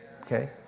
okay